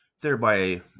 thereby